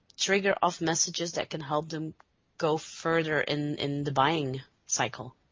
trigger off messages that can help them go further in in the buying cycle,